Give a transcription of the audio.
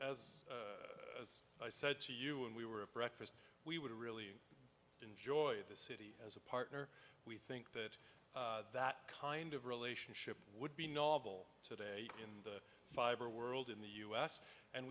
as as i said to you and we were a breakfast we would really enjoy the city as a partner we think that that kind of relationship would be novel today in the five or world in the u s and